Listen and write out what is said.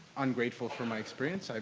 ungrateful for my experience,